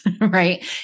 right